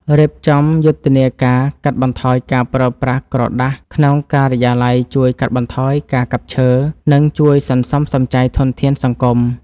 រៀបចំយុទ្ធនាការកាត់បន្ថយការប្រើប្រាស់ក្រដាសក្នុងការិយាល័យជួយកាត់បន្ថយការកាប់ឈើ និង ជួយសន្សំសំចៃធនធានសង្គម។